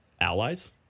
allies